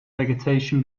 vegetation